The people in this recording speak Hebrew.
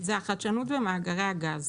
זה החדשנות במאגרי הגז.